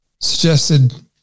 suggested